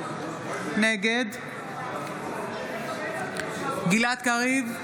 נגד גלעד קריב,